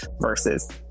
versus